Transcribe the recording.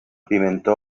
pimentó